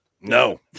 No